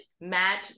match